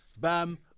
Bam